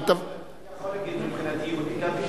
אני יכול להגיד שמבחינתי יהודי זה גם מי